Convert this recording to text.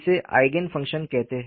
इसे eigen function कहते हैं